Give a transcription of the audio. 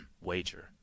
wager